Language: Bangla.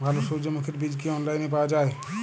ভালো সূর্যমুখির বীজ কি অনলাইনে পাওয়া যায়?